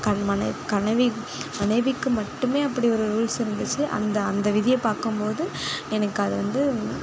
கண் மனைவி மனைவிக்கு மட்டும் அப்படி ஒரு ரூல்ஸ் இருந்துச்சு அந்த அந்த விதியை பார்க்கும் போது எனக்கு அது வந்து